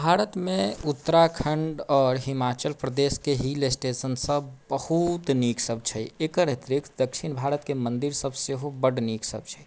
भारत मे उत्तराखण्ड आओर हिमाचल प्रदेश के हील स्टेशन सभ बहुत नीक सभ छै एकर अतिरिक्त दक्षिण भारत के मन्दिर सभ सेहो बड नीक सभ छै